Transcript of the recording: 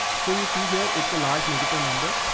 so you'll see here, it's a large negative number.